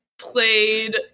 played